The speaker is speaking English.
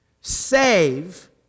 save